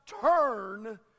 turn